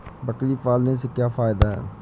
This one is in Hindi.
बकरी पालने से क्या फायदा है?